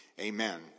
Amen